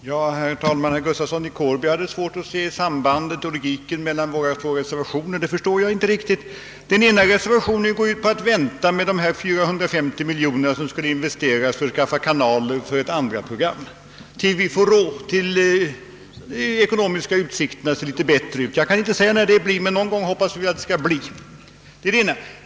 Herr talman! Herr Gustafsson i Kårby hade svårt att se det logiska sambandet mellan två av högerns reservationer. Det förstår jag inte. Den ena reservationen går ut på att man bör vänta med att investera 450 miljoner kronor för att skaffa kanal till ett andra TV-program tills de ekonomiska utsikterna är bättre. Och någon gång hoppas vi att den dagen kommer.